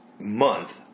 month